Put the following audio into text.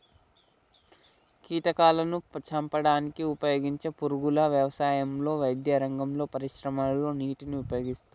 కీటకాలాను చంపడానికి ఉపయోగించే పురుగుల వ్యవసాయంలో, వైద్యరంగంలో, పరిశ్రమలలో వీటిని ఉపయోగిస్తారు